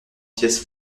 pièce